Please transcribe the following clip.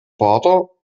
vater